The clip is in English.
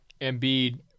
Embiid